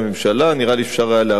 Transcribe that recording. נראה לי שאפשר היה להרחיב את זה,